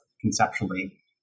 conceptually